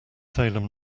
salem